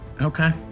Okay